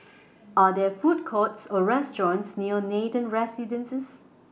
Are There Food Courts Or restaurants near Nathan Residences